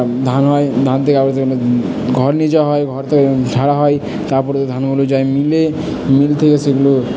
ধান হয় ধান থেকে আবার সেগুলো ঘর নিয়ে যাওয়া হয় ঘর থেকে ঝারা হয় তারপরে ধানগুলো যায় মিলে মিল থেকে সেগুলো